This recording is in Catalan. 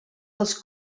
dels